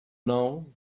now